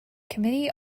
committee